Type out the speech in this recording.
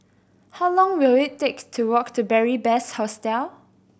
how long will it take to walk to Beary Best Hostel